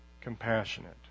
compassionate